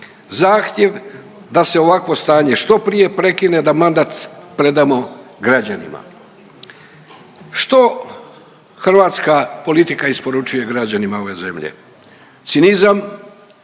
zahtjev da se ovakvo stanje što prije prekine, da mandat predamo građanima. Što hrvatska politika isporučuje građanima ove zemlje? Cinizam,